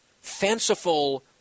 fanciful